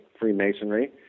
Freemasonry